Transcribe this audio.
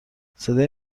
صدای